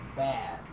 bad